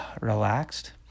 relaxed